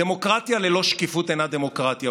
דמוקרטיה ללא שקיפות אינה דמוקרטיה,